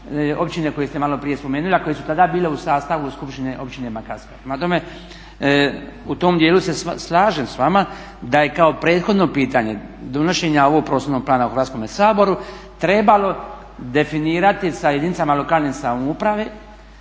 općine koje ste maloprije spomenuli, a koje su tada bile u sastavu skupštine općine Makarska. Prema tome, u tom djelu se slažem s vama da je kao prethodno pitanje donošenja ovog prostornog plana u Hrvatskome saboru trebalo definirati sa jedinicama lokalne samouprave